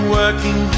working